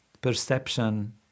perception